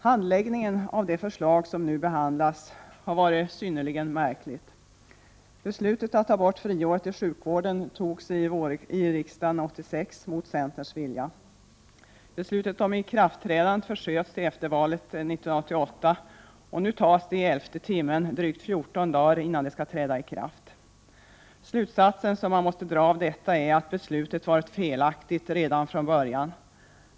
Handläggningen av det förslag som nu behandlas har varit synnerligen märklig. Beslutet att ta bort friåret i sjukvården togs i riksdagen 1987, mot centerns vilja. Beslutet om ikraftträdandet försköts till efter valet 1988, och nu tas det i elfte timmen, drygt fjorton dagar innan det skall träda i kraft. Den slutsats som man måste dra av detta är att beslutet varit felaktigt redan från början.